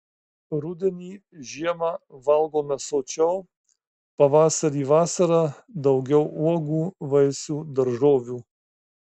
rudenį žiemą valgome sočiau pavasarį vasarą daugiau uogų vaisių daržovių